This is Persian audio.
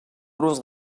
روز